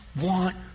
want